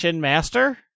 master